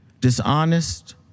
dishonest